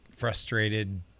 frustrated